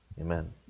Amen